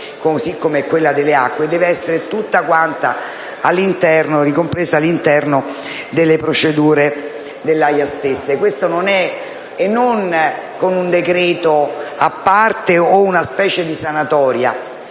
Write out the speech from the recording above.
così come quella delle acque, debba essere ricompresa all'interno delle procedure dell'AIA stessa, e non con un decreto a parte o con una specie di sanatoria.